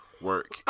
work